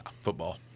football